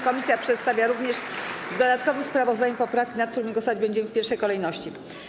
Komisja przedstawia również w dodatkowym sprawozdaniu poprawki, nad którymi głosować będziemy w pierwszej kolejności.